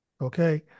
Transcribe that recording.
okay